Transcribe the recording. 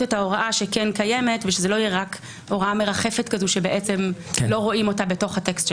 את ההוראה שקיימת וזה לא יהיה רק הוראה מרחפת שלא רואים אותה בתוך הטקסט.